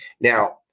Now